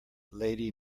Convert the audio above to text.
lady